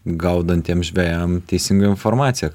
gaudantiem žvejam teisingą informaciją